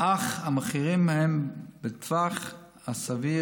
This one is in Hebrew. אך המחירים הם בטווח הסביר,